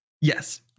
yes